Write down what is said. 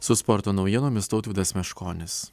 su sporto naujienomis tautvydas meškonis